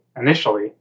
initially